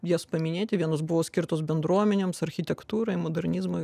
jas paminėti vienos buvo skirtos bendruomenėms architektūrai modernizmui